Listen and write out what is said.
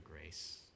grace